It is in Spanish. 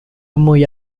muy